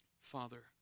Father